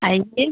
आइए